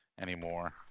anymore